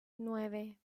nueve